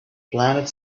planet